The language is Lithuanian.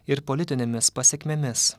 ir politinėmis pasekmėmis